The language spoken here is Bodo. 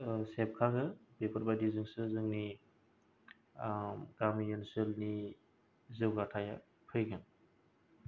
सेबखाङो बेफोरबादि जोंसो जोंनि गामि ओनसोलनि जौगाथाया फैगोन